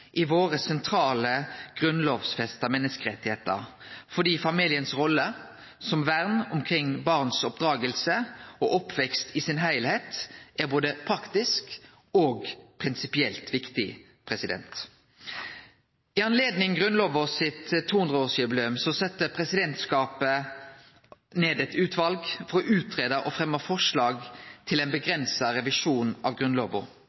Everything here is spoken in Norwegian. i våre sentrale grunnlovfesta menneskerettar, fordi familiens rolle som vern om barns oppdraging og oppvekst i sin heilskap er både praktisk og prinsipielt viktig. I anledning Grunnlovas 200-årsjubileum sette presidentskapet ned eit utval for å greie ut og fremje forslag til ein avgrensa revisjon av Grunnlova